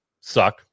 suck